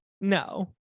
no